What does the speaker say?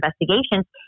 Investigations